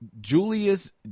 Julius